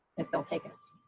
that don't take us.